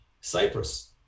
Cyprus